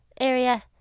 area